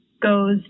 Goes